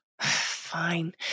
Fine